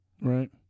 Right